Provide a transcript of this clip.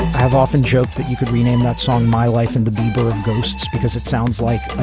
i've often joked that you could rename that song my life in the beba of ghosts because it sounds like, ah